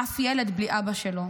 אף ילד בלי אבא שלו